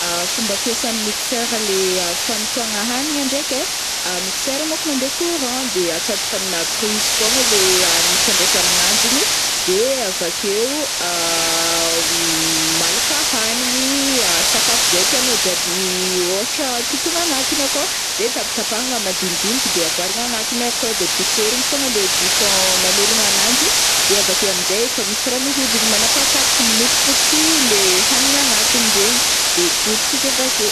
Fomba fiasan'ny mixeur le a- fanotoagna hanigna ndraiky ai mixeur mônko mandeha courant de atsatoka aminà prise fogna le mifandraika aminanjy igny de avakeo malaka hanigny sakafo zay tianao jiaby ôhatra totoigna agnatiny akao de tapatapahagna madinidiniky de avarigna agnatiny akao de potserin fogna le bouton mamelogna ananjy de avakeo am'jay efa misy raha mihodiny manapatapaka mamotipotika i le hanigna agnatiny regny de potika izy avake.